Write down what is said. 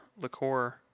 liqueur